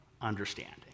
understanding